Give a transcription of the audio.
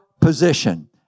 position